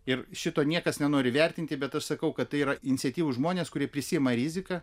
ir šito niekas nenori vertinti bet aš sakau kad tai yra iniciatyvūs žmonės kurie prisiima riziką